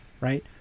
right